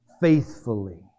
faithfully